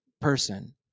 person